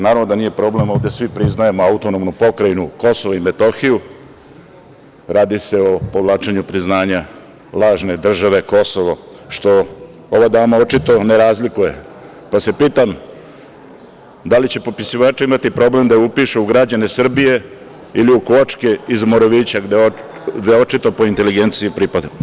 Naravno da nije problem, ovde svi priznajemo AP Kosovo i Metohiju, radi se o povlačenju priznanja lažne države Kosovo, što ova dama očito ne razlikuje, pa se pitam da li će popisivači imati problem da je upišu u građane Srbije ili u kvočke iz Morovića, gde očito po inteligenciji pripada.